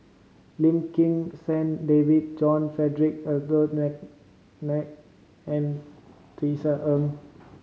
Lim Kim San David John Frederick Adolphus McNair and Tisa Ng